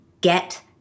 get